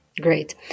great